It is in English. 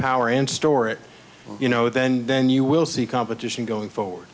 power and storage you know then then you will see competition going forward